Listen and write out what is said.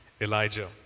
Elijah